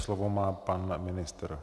Slovo má pan ministr.